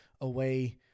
away